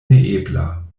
neebla